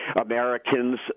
Americans